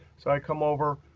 so i come over,